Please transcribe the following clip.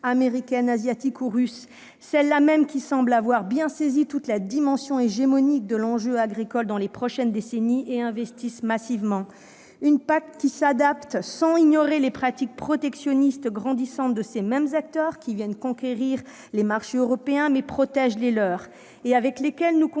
américaine, asiatiques ou russe, celles-là mêmes qui semblent avoir bien saisi toute la dimension hégémonique de l'enjeu agricole dans les prochaines décennies et investissent massivement. Ils veulent une PAC qui s'adapte sans ignorer les pratiques protectionnistes grandissantes de ces mêmes acteurs, lesquels viennent conquérir les marchés européens mais protègent les leurs. Nous concluons